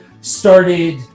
started